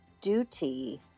duty